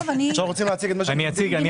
אני אציג בזריזות.